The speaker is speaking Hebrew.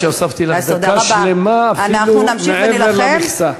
את רואה שהוספתי לך דקה שלמה, אפילו מעבר למכסה.